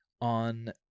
on